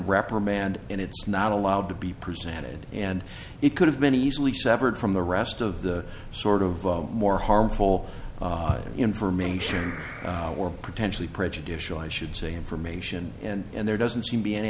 reprimand and it's not allowed to be presented and it could have been easily severed from the rest of the sort of more harmful information or potentially prejudicial i should say information and there doesn't seem to be an